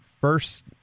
first